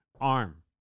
arm